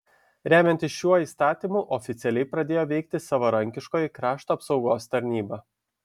remiantis šiuo įstatymu oficialiai pradėjo veikti savanoriškoji krašto apsaugos tarnyba